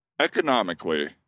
Economically